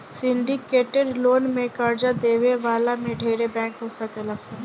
syndicated loan में कर्जा देवे वाला में ढेरे बैंक हो सकेलन सा